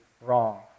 wrong